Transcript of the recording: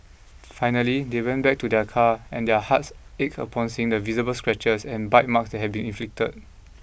finally they went back to their car and their hearts ached upon seeing the visible scratches and bite marks that had been inflicted